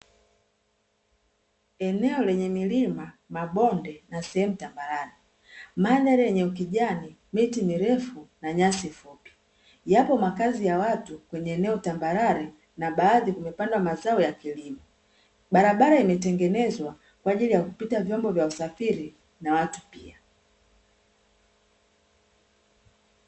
Eneo lenye milima, mabonde na sehemu tambarare. Mandhari yenye ukijani, miti mirefu na nyasi fupi. Yapo makazi ya watu kwenye eneo tambarare na baadhi kumepandwa mazao ya kilimo. Barabara imetengenezwa kwa ajili ya kupita vyombo vya usafiri na watu pia.